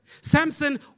Samson